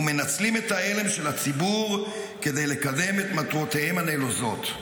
ומנצלים את ההלם של הציבור כדי לקדם את מטרותיהם הנלוזות.